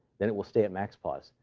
then it will stay at maxpos.